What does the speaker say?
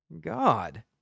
God